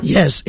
Yes